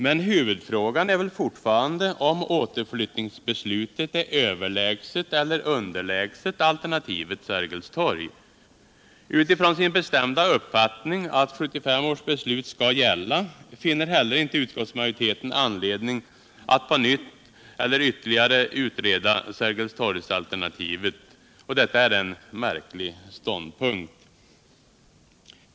Men huvudfrågan är fortfarande om återflyttningsbeslutet är överlägset eller underlägset alternativet Sergels torg. Utifrån sin bestämda uppfattning att 1975 års beslut skall gälla, finner heller inte utskottsmajoriteten anledning att på nytt eller ytterligare utreda Sergelstorgsalternativet. Detta är en märklig ståndpunkt.